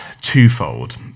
twofold